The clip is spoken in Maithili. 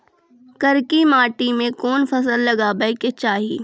करकी माटी मे कोन फ़सल लगाबै के चाही?